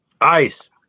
Ice